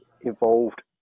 involved